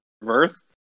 reverse